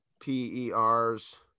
PERS